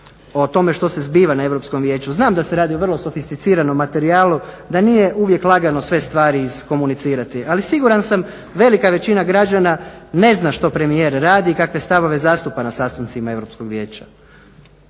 o tome što se zbiva na Europskom vijeću. Znam da se radi o vrlo sofisticiranom materijalu, da nije uvijek lagano sve stvari iskomunicirati. Ali siguran sam velika većina građana ne zna što premijer radi, kakve stavove zastupa na sastancima Europskog vijeća.